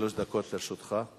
שלוש דקות לרשותך.